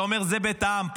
אתה אומר: זה בית העם,